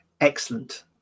Excellent